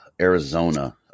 Arizona